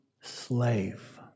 slave